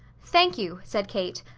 thank you, said kate,